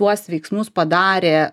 tuos veiksmus padarė